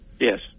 Yes